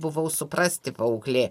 buvau suprasti paauglė